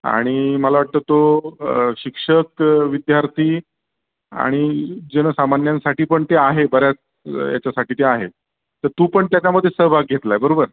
आणि मला वाटतं तो शिक्षक विद्यार्थी आणि जनसामान्यांसाठी पण ते आहे बऱ्याच याच्यासाठी ते आहे तर तू पण त्याच्यामध्ये सहभाग घेतला आहे बरोबर